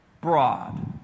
broad